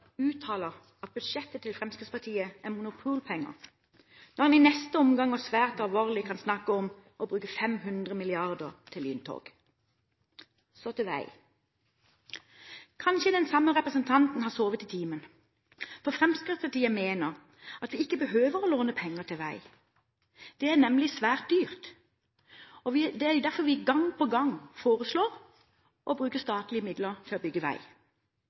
uttaler at budsjettet til Fremskrittspartiet er monopolpenger, når han i neste omgang og svært alvorlig kan snakke om å bruke 500 mrd. kr til lyntog. Så til vei. Kanskje den samme representanten har sovet i timen, for Fremskrittspartiet mener at vi behøver ikke å låne penger til vei. Det er nemlig svært dyrt. Det er derfor vi gang på gang foreslår å bruke statlige midler til å bygge vei.